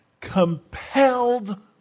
compelled